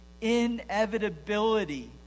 inevitability